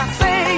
say